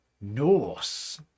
Norse